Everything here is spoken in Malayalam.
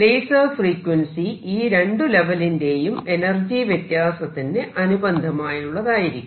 ലേസർ ഫ്രീക്വൻസി ഈ രണ്ടു ലെവലിന്റേയും എനർജി വ്യത്യാസത്തിന് അനുബന്ധമായുള്ളതായിരിക്കും